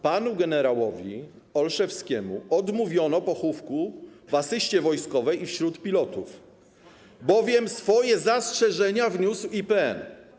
Panu gen. Olszewskiemu odmówiono pochówku w asyście wojskowej i wśród pilotów, bowiem swoje zastrzeżenia wniósł IPN.